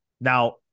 now